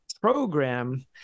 program